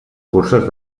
curses